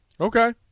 Okay